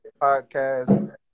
podcast